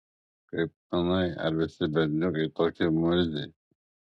kaip manai ar visi berniukai tokie murziai